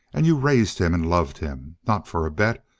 and you raised him and loved him not for a bet,